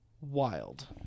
wild